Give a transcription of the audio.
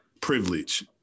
Privilege